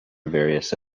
various